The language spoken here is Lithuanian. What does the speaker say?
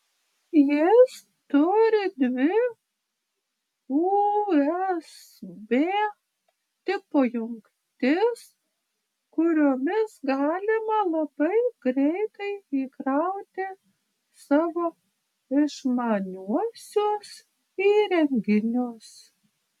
jis turi dvi usb tipo jungtis kuriomis galima labai greitai įkrauti savo išmaniuosius įrenginius